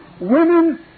women